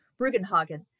Brugenhagen